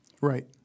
Right